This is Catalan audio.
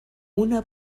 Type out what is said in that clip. una